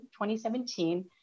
2017